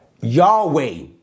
Yahweh